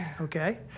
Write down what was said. Okay